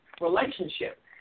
relationship